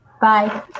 Bye